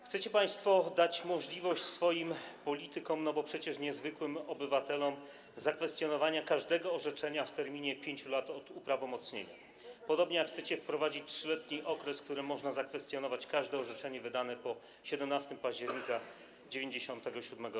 Chcecie państwo dać możliwość swoim politykom, bo przecież nie zwykłym obywatelom, zakwestionowania każdego orzeczenia w terminie 5 lat od uprawomocnienia, podobnie jak chcecie wprowadzić 3-letni okres, w którym można zakwestionować każde orzeczenie wydane po 17 października 1997 r.